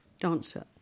dancer